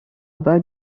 bas